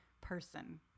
person